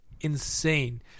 insane